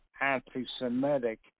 anti-Semitic